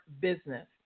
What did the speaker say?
business